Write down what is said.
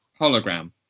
Hologram